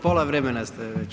Pola vremena ste već.